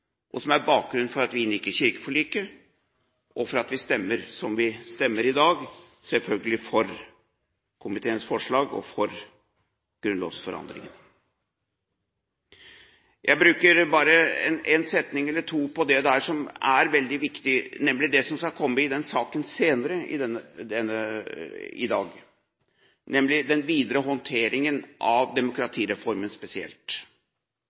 og som er bakgrunnen for at vi inngikk i kirkeforliket, og for at vi stemmer som vi stemmer i dag – selvfølgelig for komiteens forslag og for grunnlovsendring. Jeg bruker bare en setning eller to på det som er veldig viktig, nemlig den saken som kommer senere i dag om den videre håndteringen av demokratireformen spesielt.